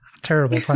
terrible